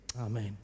Amen